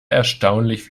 erstaunlich